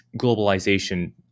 globalization